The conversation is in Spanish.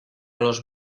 los